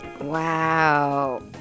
Wow